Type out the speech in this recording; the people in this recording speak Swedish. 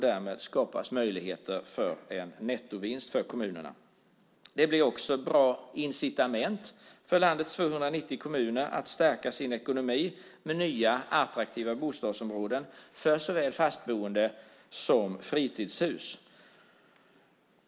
Därmed skapas möjligheter till en nettovinst för kommunerna. Det blir också ett bra incitament för landets 290 kommuner att stärka sin ekonomi med nya, attraktiva bostadsområden för såväl fastboende som fritidshus.